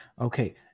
okay